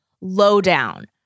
lowdown